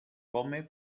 come